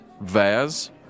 Vaz